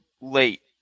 late